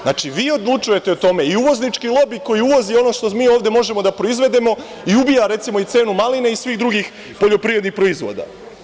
Znači, vi odlučujete o tome i uvoznički lobi koji uvozi ono što mi ovde možemo da proizvedemo i ubija, recimo, i cenu maline i svih drugih poljoprivrednih proizvoda.